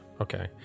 Okay